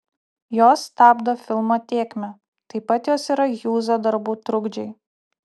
jos stabdo filmo tėkmę taip pat jos yra hjūzo darbų trukdžiai